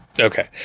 Okay